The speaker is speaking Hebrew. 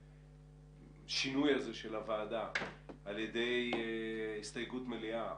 השינוי הזה של הוועדה על ידי הסתייגות מליאה,